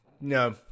no